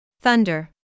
thunder